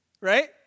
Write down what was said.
right